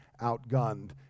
outgunned